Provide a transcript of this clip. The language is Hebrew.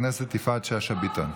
יפעת שאשא ביטון.